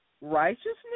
Righteousness